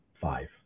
five